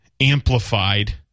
amplified